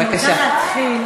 אני רוצה להתחיל,